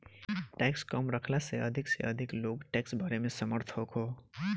tax कम रखला से अधिक से अधिक लोग टैक्स भरे में समर्थ होखो